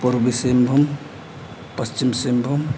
ᱯᱩᱨᱵᱚ ᱥᱤᱝᱵᱷᱩᱢ ᱯᱚᱥᱪᱤᱢ ᱥᱤᱝᱵᱷᱩᱢ